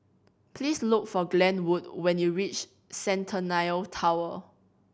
please look for Glenwood when you reach Centennial Tower